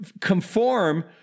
conform